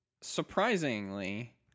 surprisingly